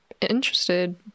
interested